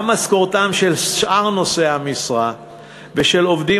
גם משכורתם של שאר נושאי המשרה ושל עובדים